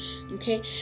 okay